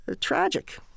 tragic